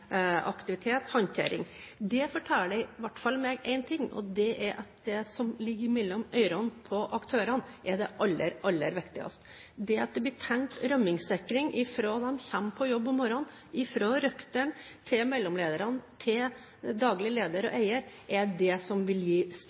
aktivitet og håndtering. Det forteller i hvert fall meg én ting, og det er at det som ligger mellom ørene på aktørene, er det aller, aller viktigste. Det at det blir tenkt rømningssikring fra de kommer på jobb om morgenen – fra røkter til mellomleder, til daglig leder og eier – er det som vil gi